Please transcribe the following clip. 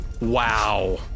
Wow